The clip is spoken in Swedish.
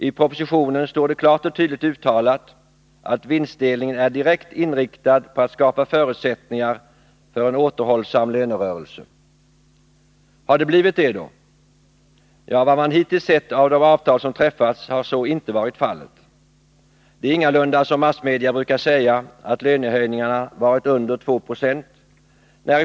I propositionen står det klart och tydligt uttalat att vinstdelningen är direkt inriktad på att skapa förutsättningar för en återhållsam lönerörelse. Har det blivit det då? Efter vad man hittills sett av de avtal som träffats har så inte varit fallet. Det är ingalunda som massmedia brukar säga, att lönehöjningarna varit under 2 96.